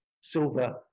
silver